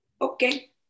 okay